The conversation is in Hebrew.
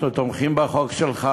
אנחנו תומכים בחוק שלך,